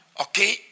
Okay